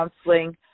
counseling